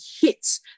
hits